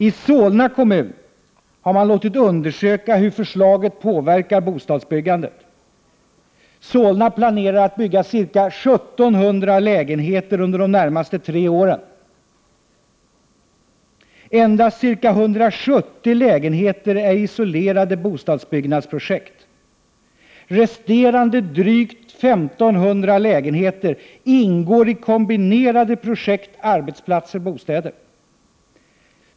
I Solna kommun har man låtit undersöka hur förslaget påverkar bostadsbyggandet. Solna planerar att bygga ca 1 700 lägenheter under de närmaste tre åren. Endast ca 170 lägenheter är renodlade bostadsbyggnadsprojekt. Resterande drygt 1500 lägenheter ingår i kombinerade projekt med arbetsplatser/bostäder.